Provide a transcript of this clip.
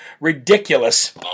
ridiculous